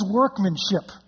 workmanship